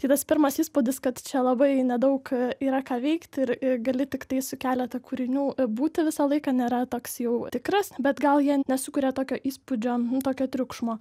šitas pirmas įspūdis kad čia labai nedaug yra ką veikti ir gali tiktai su keleta kūrinių būti visą laiką nėra toks jau tikras bet gal jie nesukuria tokio įspūdžio tokio triukšmo